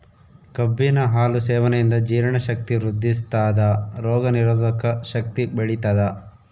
ಕಬ್ಬಿನ ಹಾಲು ಸೇವನೆಯಿಂದ ಜೀರ್ಣ ಶಕ್ತಿ ವೃದ್ಧಿಸ್ಥಾದ ರೋಗ ನಿರೋಧಕ ಶಕ್ತಿ ಬೆಳಿತದ